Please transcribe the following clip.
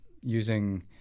using